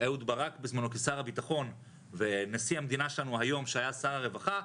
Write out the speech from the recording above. אהוד ברק בזמנו כשר הביטחון ונשיא המדינה שלנו היום שהיה אז שר הרווחה,